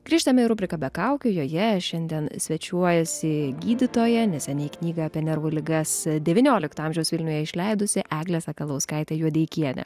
grįžtame į rubriką be kaukių joje šiandien svečiuojasi gydytoja neseniai knygą apie nervų ligas devyniolikto amžiaus vilniuje išleidusi eglė sakalauskaitė juodeikienė